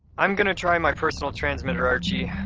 i'm going to try my personal transmitter, archie.